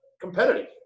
competitive